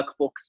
workbooks